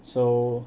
so